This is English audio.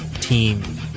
team